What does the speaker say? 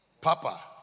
Papa